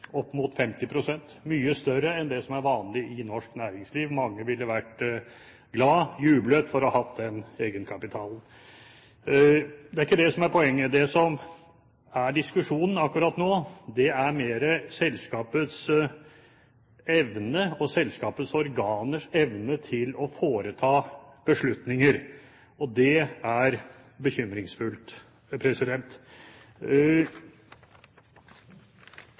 opp mot 50 pst. – mye større enn det som er vanlig i norsk næringsliv. Mange ville vært glad – jublet – for å ha hatt den egenkapitalen. Det er ikke det som er poenget. Det som er diskusjonen akkurat nå, er mer selskapets evne, og selskapets organers evne, til å foreta beslutninger. Det er bekymringsfullt.